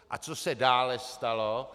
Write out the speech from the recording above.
A co se dále stalo.